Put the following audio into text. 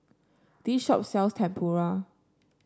this shop sells Tempura